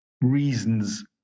reasons